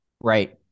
Right